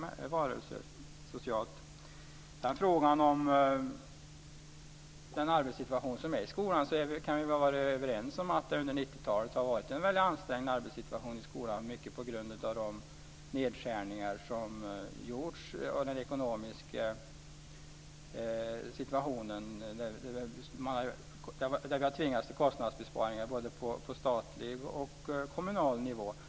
När det gäller frågan om arbetssituationen i skolan kan vi vara överens om att det under 90-talet har varit en väldigt ansträngd arbetssituation i skolan, mycket på grund av de nedskärningar som har gjorts och den ekonomiska situationen. Vi har ju tvingats till kostnadsbesparingar både på statlig och på kommunal nivå.